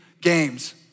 games